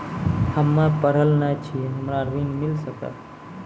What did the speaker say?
हम्मे पढ़ल न छी हमरा ऋण मिल सकत?